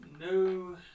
No